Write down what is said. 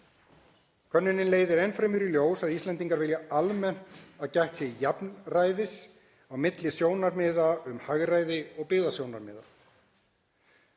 Könnunin leiðir enn fremur í ljós að Íslendingar vilji almennt að gætt sé jafnræðis á milli sjónarmiða um hagræði og byggðasjónarmiða.